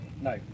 no